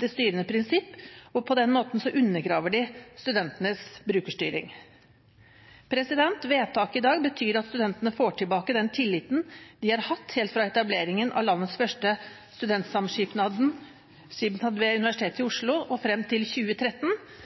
det styrende prinsipp. På den måten undergraver de studentenes brukerstyring. Vedtaket i dag betyr at studentene får tilbake den tilliten de har hatt helt fra etableringen av landets første studentsamskipnad ved Universitetet i Oslo og frem til 2013,